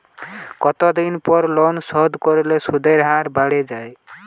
কতদিন পর লোন শোধ করলে সুদের হার বাড়ে য়ায়?